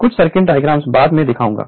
कुछ circuit diagram बाद में दिखाऊंगा